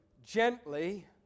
Gently